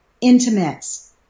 intimates